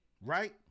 right